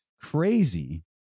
crazy